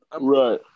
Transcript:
Right